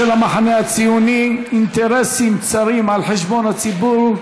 המחנה הציוני: אינטרסים צרים על חשבון הציבור.